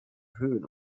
höhen